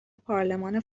پارلمان